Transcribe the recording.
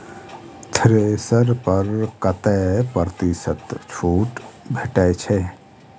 Thresher पर कतै प्रतिशत छूट भेटय छै?